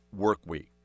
Workweek